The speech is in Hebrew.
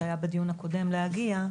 שהיה בדיון הקודם בנושא להגיע,